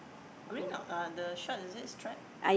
green or the stripe is it stripe